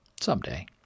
Someday